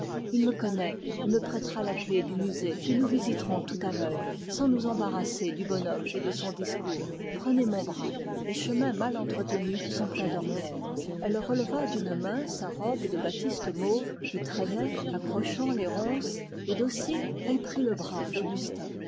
il me connaît et me prêtera la clef du musée que nous visiterons tout à l'heure sans nous embarrasser du bonhomme et de son discours prenez mon bras les chemins mal entretenus sont pleins d'ornières elle releva d'une main sa robe mauve qui traînait accrochant les ronces et docile elle prit le bras